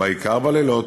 בעיקר בלילות,